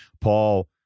Paul